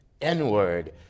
N-word